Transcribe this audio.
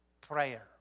prayer